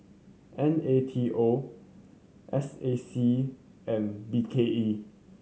N A T O S A C and B K E